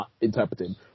interpreting